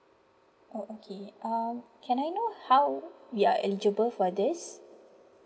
oh okay um can I know how we are eligible for this